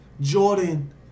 Jordan